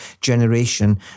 generation